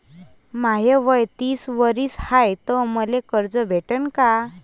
माय वय तीस वरीस हाय तर मले कर्ज भेटन का?